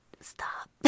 Stop